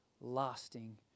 lasting